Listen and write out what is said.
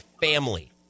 family